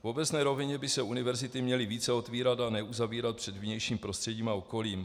V obecné rovině by se univerzity měly více otevírat a ne uzavírat před vnějším prostředím a okolím.